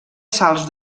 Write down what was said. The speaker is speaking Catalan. salts